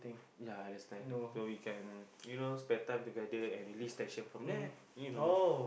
ya that's nice so we can you know spend time together and release tension from there you know